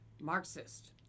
Marxist